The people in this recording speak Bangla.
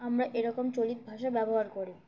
আমরা এরকম চলিত ভাষা ব্যবহার করি